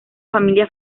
familia